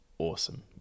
awesome